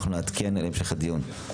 אנחנו נעדכן על המשך הדיון.